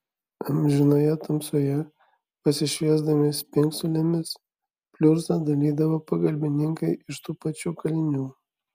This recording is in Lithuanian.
amžinoje tamsoje pasišviesdami spingsulėmis pliurzą dalydavo pagalbininkai iš tų pačių kalinių